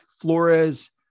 Flores